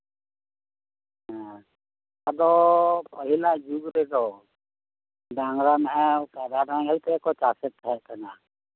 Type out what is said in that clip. ᱦᱮᱸ ᱟᱫᱚ ᱯᱟᱹᱦᱤᱞᱟᱜ ᱡᱩᱜ ᱨᱮᱫᱚ ᱰᱟᱝᱨᱟ ᱱᱟᱦᱮᱞ ᱠᱟᱰᱟ ᱱᱟᱦᱮᱞ ᱛᱮᱜᱮ ᱠᱚ ᱪᱟᱥᱮᱫ ᱠᱟᱱ ᱛᱟᱦᱮᱸ ᱠᱟᱱᱟ